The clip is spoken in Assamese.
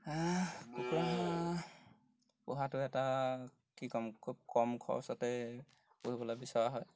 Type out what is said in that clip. কুকুৰা পোহাটো এটা কি ক'ম খুব কম খৰচতে পুহিবলৈ বিচৰা হয়